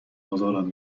ازارم